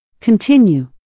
Continue